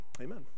amen